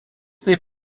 taip